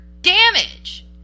damage